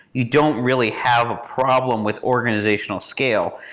you don't really have a problem with organizational scale.